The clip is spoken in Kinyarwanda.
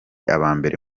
abambere